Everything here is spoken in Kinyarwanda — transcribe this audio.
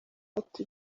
ati